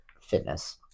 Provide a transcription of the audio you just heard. Fitness